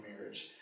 marriage